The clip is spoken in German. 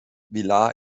vila